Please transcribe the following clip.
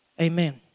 Amen